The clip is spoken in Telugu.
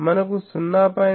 మనకు 0